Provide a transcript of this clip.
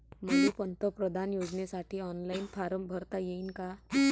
मले पंतप्रधान योजनेसाठी ऑनलाईन फारम भरता येईन का?